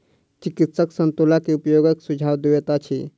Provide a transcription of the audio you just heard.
चिकित्सक संतोला के उपयोगक सुझाव दैत अछि